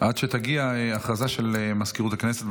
עד שתגיע, הודעה של מזכירות הכנסת.